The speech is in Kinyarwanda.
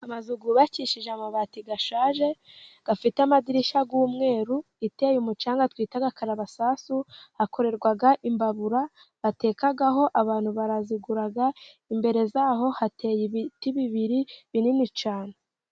Amazu yubakishije amabati ashaje ,afite amadirishya y'umweru, iteye umucanga twita agakarabasasu, hakorerwa imbabura batekaho, abantu barazigura, imbere y'aho hateye ibiti bibiri binini cyane.